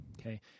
Okay